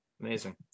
Amazing